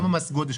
גם מס גודש,